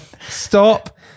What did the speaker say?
stop